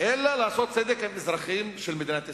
אלא לעשות צדק עם אזרחים של מדינת ישראל.